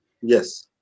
Yes